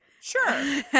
Sure